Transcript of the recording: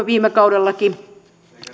viime kaudellakin